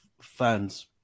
fans